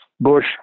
Bush